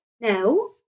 no